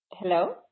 Hello